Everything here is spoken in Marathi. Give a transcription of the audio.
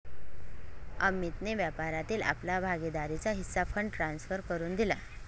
अमितने व्यापारातील आपला भागीदारीचा हिस्सा फंड ट्रांसफर करुन दिला